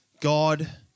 God